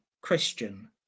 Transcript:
Christian